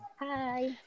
Hi